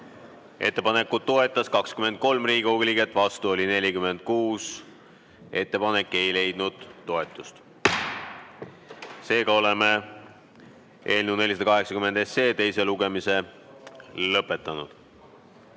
Ettepanekut toetas 23 Riigikogu liiget, vastu oli 46. Ettepanek ei leidnud toetust. Seega oleme eelnõu 480 teise lugemise lõpetanud.